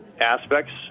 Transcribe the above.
aspects